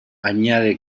añade